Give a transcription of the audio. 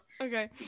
Okay